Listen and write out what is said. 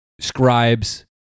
scribes